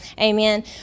Amen